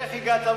איך הגעת,